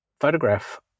photograph